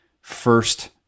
first